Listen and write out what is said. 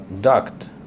duct